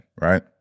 Right